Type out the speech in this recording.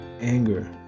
anger